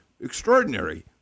extraordinary